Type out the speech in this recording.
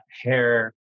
hair